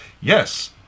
yes